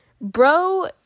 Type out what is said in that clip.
bro